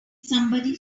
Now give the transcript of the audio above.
somebody